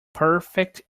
perfect